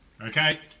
okay